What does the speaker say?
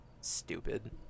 Stupid